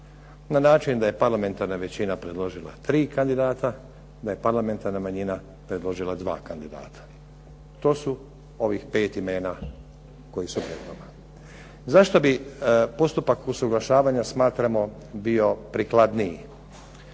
na način da je parlamentarna većina predložila tri kandidata, da je parlamentarna manjina predložila dva kandidata. To su ovih pet imena koji su pred nama. Zašto bi postupak usuglašavanja smatramo bio prikladniji?